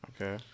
Okay